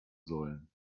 sollen